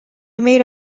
made